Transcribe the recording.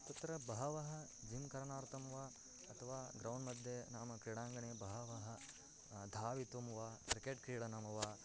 तत्र बहवः जिम् करणार्थं वा अथवा ग्रौण्ड् मध्ये नाम क्रीडाङ्गने बहवः धावितुं वा क्रिकेट् क्रीडनं वा